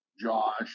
Josh